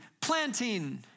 planting